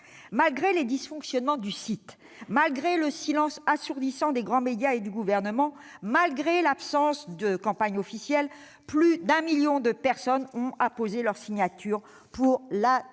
malgré les dysfonctionnements du site internet, malgré le silence assourdissant des grands médias et du Gouvernement, malgré l'absence de campagne officielle, plus d'un million de personnes ont apposé leur signature pour la tenue